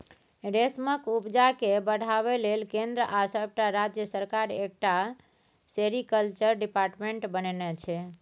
रेशमक उपजा केँ बढ़ाबै लेल केंद्र आ सबटा राज्य सरकार एकटा सेरीकल्चर डिपार्टमेंट बनेने छै